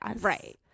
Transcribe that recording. right